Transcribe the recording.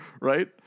right